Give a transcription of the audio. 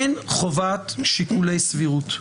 אין חובת שיקולי סבירות.